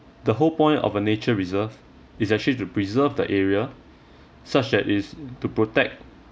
the whole point of a nature reserve is actually to preserve the area such at is to protect